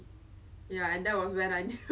then there was the ambulance